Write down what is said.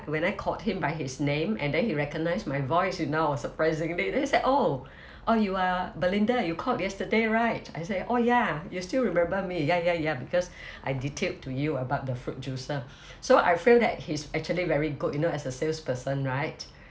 when I called him by his name and then he recognise my voice you know surprisingly then he said oh you are belinda you called yesterday right I say oh ya you still remember me ya ya ya because I detailed to you about the fruit juicer so I feel that he's actually very good you know as a salesperson right